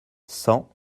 cent